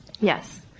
Yes